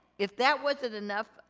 if that wasn't enough,